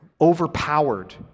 overpowered